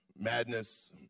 madness